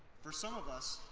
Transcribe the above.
for some of us,